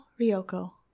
Ryoko